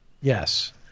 Yes